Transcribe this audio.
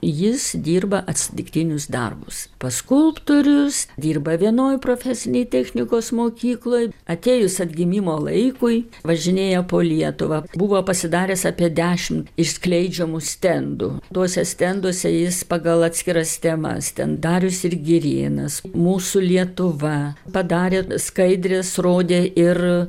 jis dirba atsitiktinius darbus pas skulptorius dirba vienoj profesinėj technikos mokykloj atėjus atgimimo laikui važinėja po lietuvą buvo pasidaręs apie dešim išskleidžiamų stendų tuose stenduose jis pagal atskiras temas ten darius ir girėnas mūsų lietuva padarė skaidres rodė ir